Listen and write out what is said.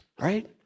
Right